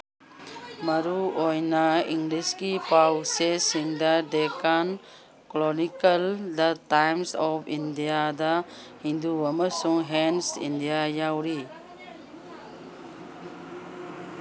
ꯃꯔꯨꯑꯣꯏꯅ ꯏꯪꯂꯤꯁꯀꯤ ꯄꯥꯎꯆꯦꯁꯤꯡꯗ Deccan chronicle the time of ꯏꯟꯗꯤꯌꯥꯗ ꯍꯤꯟꯗꯨ ꯑꯃꯁꯨꯡ ꯍꯦꯟꯁ ꯏꯟꯗꯤꯌꯥ ꯌꯥꯎꯔꯤ